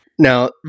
Now